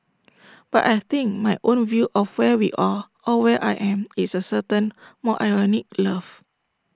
but I think my own view of where we are or where I am is A certain more ironic love